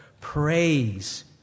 praise